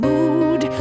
Mood